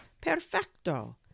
Perfecto